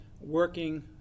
working